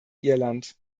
irland